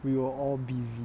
we were all busy